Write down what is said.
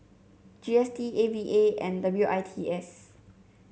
G S T A V A and W I T S